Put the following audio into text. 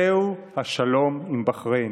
זהו השלום עם בחריין: